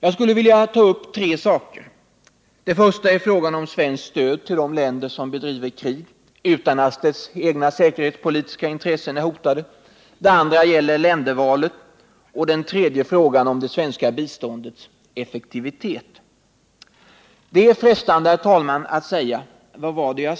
Jag skulle vilja ta upp tre saker. Den första gäller frågan om svenskt stöd till de länder som bedriver krig utan att deras egna säkerhetspolitiska intressen är hotade. Den andra gäller ländervalet och den tredje det svenska biståndets effektivitet. Såsom moderat är det när det gäller Cuba och Vietnam frestande att säga: Vad var det jag